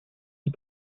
six